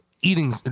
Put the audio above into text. Eating